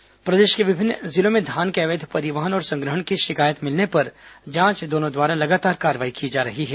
अवैध धान कार्रवाई प्रदेश के विभिन्न जिलों में धान के अवैध परिवहन और संग्रहण की शिकायत मिलने पर जांच दलों द्वारा लगातार कार्रवाई की जा रही है